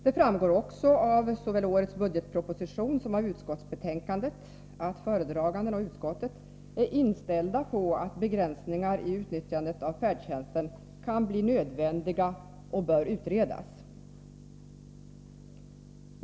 Det framgår också såväl av årets budgetproposition som av utskottsbetänkandet att föredragande statsrådet och utskottet är inställda på att begränsningar i utnyttjandet av färdtjänsten kan bli nödvändiga och bör utredas.